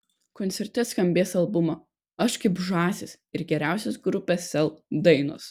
koncerte skambės albumo aš kaip žąsis ir geriausios grupės sel dainos